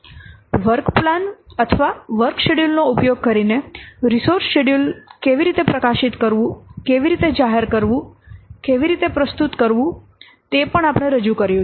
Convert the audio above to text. work plan અથવા work schedule નો ઉપયોગ કરીને રિસોર્સ શેડ્યૂલ કેવી રીતે પ્રકાશિત કરવું કેવી રીતે જાહેર કરવું કેવી રીતે પ્રસ્તુત કરવું તે પણ આપણે રજૂ કર્યું છે